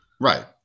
Right